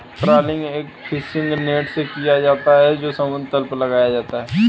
trawling एक fishing net से किया जाता है जो समुद्र तल पर लगाया जाता है